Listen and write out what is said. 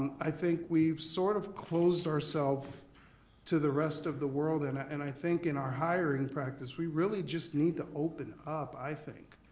i think we've sort of closed ourselves to the rest of the world and i and i think in our hiring practice, we really just need to open up i think.